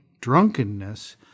drunkenness